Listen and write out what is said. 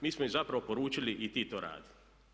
Mi smo im zapravo poručili i ti to radi.